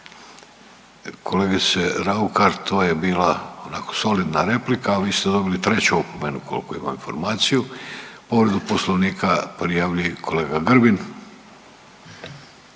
Kolegice Raukar to je bila onako solidna replika, a vi ste dobili treću opomenu koliko imam informaciju. Povredu Poslovnika prijavljuje i kolega Grbin.